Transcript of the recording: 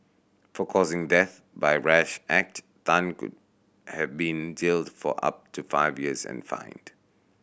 for causing death by a rash act Tan could have been jailed for up to five years and fined